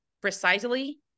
precisely